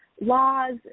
laws